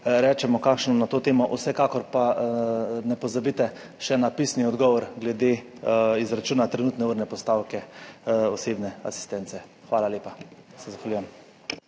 rečemo kakšno na to temo. Vsekakor pa ne pozabite še na pisni odgovor glede izračuna trenutne urne postavke osebne asistence. Hvala lepa.